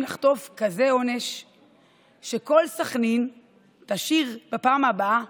לחטוף כזה עונש שכל סח'נין תשיר בפעם הבאה